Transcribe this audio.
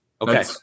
Okay